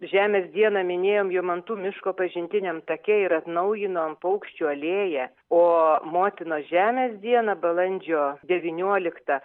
žemės dieną minėjom jomantų miško pažintiniam take ir atnaujinom paukščių alėją o motinos žemės dieną balandžio devynioliktą